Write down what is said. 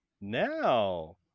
now